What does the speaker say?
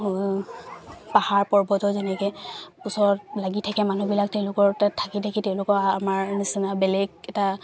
পাহাৰ পৰ্বতৰ যেনেকৈ ওচৰত লাগি থাকে মানুহবিলাক তেওঁলোকৰ তাত থাকি থাকি তেওঁলোকৰ আমাৰ নিচিনা বেলেগ এটা